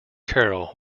carroll